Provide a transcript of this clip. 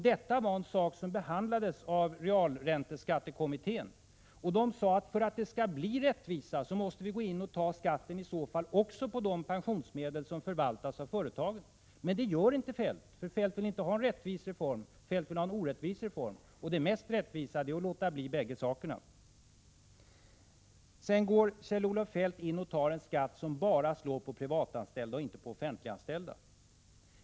Detta förhållande behandlades av realränteskattekommittén, som uttalade att vi för att det skall bli rättvisa i så fall måste ta skatten också på de pensionsmedel som förvaltas av företagen. Men det gör inte Feldt, för Feldt villinte ha en rättvis reform. Feldt vill ha en orättvis reform. Det mest rättvisa är att låta bli bägge sakerna. Kjell-Olof Feldt inför en skatt som bara slår mot privatanställda och inte mot offentliganställda.